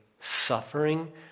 suffering